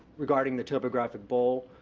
regarding the topographic bowl